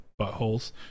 Buttholes